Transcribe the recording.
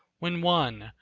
when one,